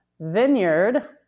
vineyard